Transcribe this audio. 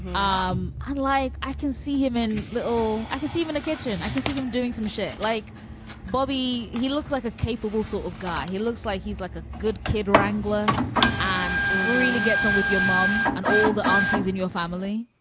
um unlike i can see him in little i acts even a kitchen. i can see him doing some shit like bobby. he looks like a capable sort of guy. he looks like he's like a good kid wrangler and really gets on with your mom and all the answers in your family.